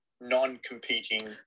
non-competing